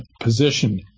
position